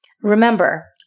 Remember